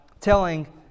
telling